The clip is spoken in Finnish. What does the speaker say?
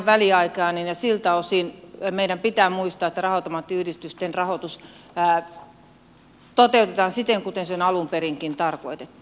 siltä osin meidän pitää muistaa että raha automaattiyhdistyksen rahoitus toteutetaan siten kuten se on alun perinkin tarkoitettu